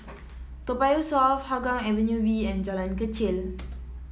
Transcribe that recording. Toa Payoh South Hougang Avenue B and Jalan Kechil